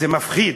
זה מפחיד,